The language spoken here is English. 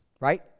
right